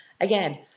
again